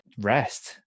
rest